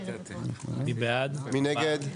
מי נגד?